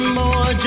more